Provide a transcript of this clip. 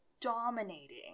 dominating